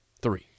three